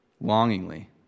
longingly